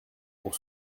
pour